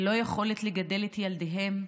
ללא יכולת לגדל את ילדיהם,